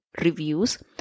reviews